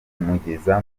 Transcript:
kumugeza